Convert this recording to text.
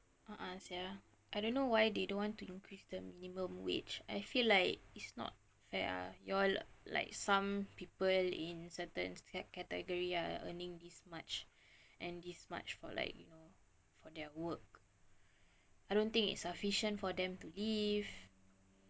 a'ah sia I don't know why they don't want to increase the minimum wage I feel like it's not fair ah your like some people in certain cat~ category are earning this much and this much for like you know for their work I don't think it's sufficient for them to live